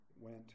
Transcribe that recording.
went